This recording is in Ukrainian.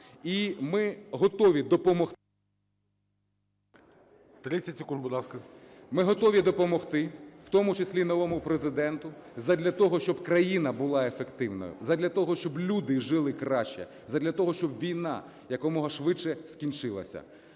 Ми готові допомогти, в тому числі новому Президенту задля того, щоб країна була ефективною, задля того, щоб люди жили краще, задля того, щоб війна якомога швидше скінчилась.